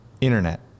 internet